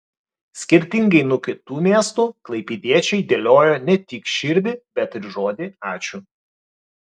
skirtingai nuo kitų miestų klaipėdiečiai dėliojo ne tik širdį bet ir žodį ačiū